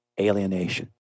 alienation